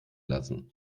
lassen